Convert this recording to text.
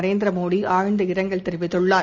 நரேந்திர மோடி ஆழ்ந்த இரங்கல் தெரிவித்துள்ளார்